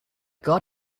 god